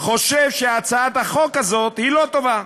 חושב שהצעת החוק הזאת לא טובה.